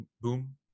boom